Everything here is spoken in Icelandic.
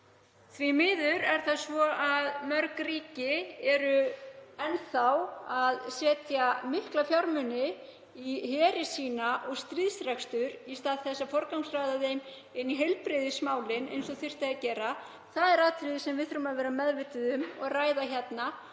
Því miður er það svo að mörg ríki setja enn þá mikla fjármuni í heri sína og stríðsrekstur í stað þess að forgangsraða þeim í heilbrigðismálin eins og þyrfti að gera. Það er atriði sem við þurfum að vera meðvituð um og ræða hérna.